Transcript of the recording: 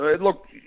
look